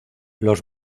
los